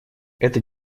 эта